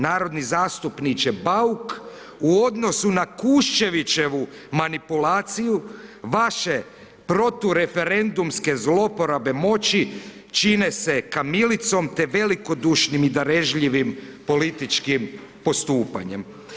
Narodni zastupniče Bauk, u odnosu na Kuščevićevu manipulaciju, vaše protureferendumske zlouporabe moći čine se kamilicom te velikodušnim i darežljivim političkim postupanjem.